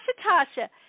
Tasha